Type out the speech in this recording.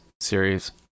series